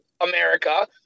America